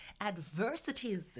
adversities